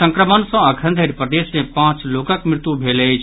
संक्रमण सक्र अखन धरि प्रदेश मे पांच लोकक मृत्यु भेल अछि